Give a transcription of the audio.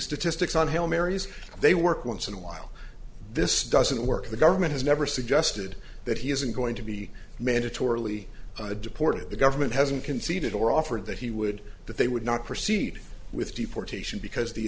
statistics on hell marys they work once in a while this doesn't work the government has never suggested that he isn't going to be mandatorily deported the government hasn't conceded or offered that he would that they would not proceed with deportation because the